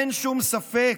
אין שום ספק,